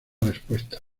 respuesta